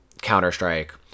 Counter-Strike